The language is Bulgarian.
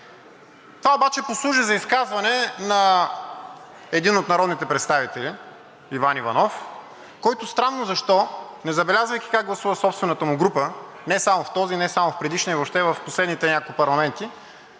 Това обаче послужи за изказване на един от народните представители – Иван Иванов, който, странно защо, не забелязвайки как гласува собствената му група – не само в този, не само в предишния, а въобще в последните няколко парламента,